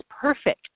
perfect